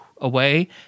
away